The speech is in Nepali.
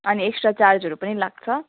अनि एक्स्ट्रा चार्जहरू पनि लाग्छ